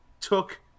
took